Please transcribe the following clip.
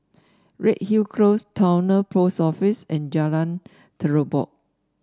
Redhill Close Towner Post Office and Jalan Terubok